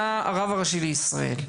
היה הרב הראשי לישראל,